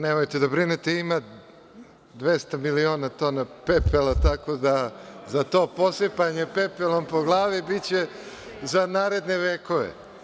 Nemojte da brinete, ima 200 miliona tona pepela, tako da za to posipanje pepelom po glavi biće za naredne vekove.